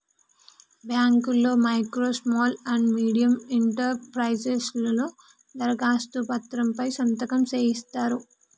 బాంకుల్లో micro small and medium enterprises లలో దరఖాస్తు పత్రం పై సంతకం సేయిత్తరు